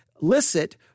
licit